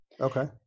Okay